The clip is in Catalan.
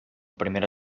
primera